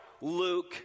Luke